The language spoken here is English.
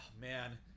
man